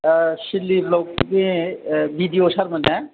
सिदलि ब्लकनि बिडिअ सारमोन ना